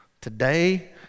Today